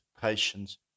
patience